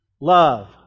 love